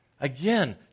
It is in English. Again